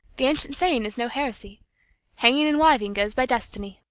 the ancient saying is no heresy hanging and wiving goes by destiny